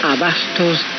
Abasto's